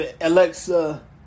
Alexa